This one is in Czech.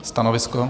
Stanovisko?